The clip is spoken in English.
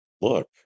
look